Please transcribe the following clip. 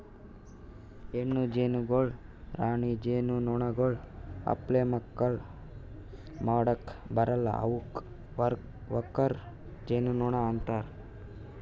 ಹೆಣ್ಣು ಜೇನುನೊಣಗೊಳ್ ರಾಣಿ ಜೇನುನೊಣಗೊಳ್ ಅಪ್ಲೆ ಮಕ್ಕುಲ್ ಮಾಡುಕ್ ಬರಲ್ಲಾ ಅವುಕ್ ವರ್ಕರ್ ಜೇನುನೊಣ ಅಂತಾರ